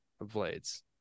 blades